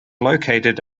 located